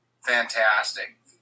fantastic